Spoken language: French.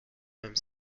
même